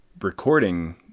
recording